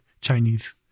Chinese